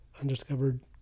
Undiscovered